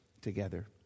together